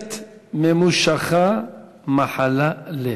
"תוחלת ממֻשכה מַחֲלָה לב".